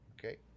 okay